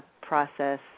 process